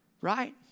right